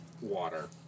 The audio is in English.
water